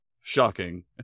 Shocking